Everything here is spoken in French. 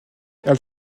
elle